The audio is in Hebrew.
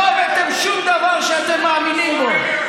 לא הבאתם שום דבר שאתם מאמינים בו.